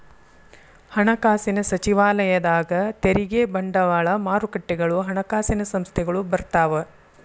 ಹಣಕಾಸಿನ ಸಚಿವಾಲಯದಾಗ ತೆರಿಗೆ ಬಂಡವಾಳ ಮಾರುಕಟ್ಟೆಗಳು ಹಣಕಾಸಿನ ಸಂಸ್ಥೆಗಳು ಬರ್ತಾವ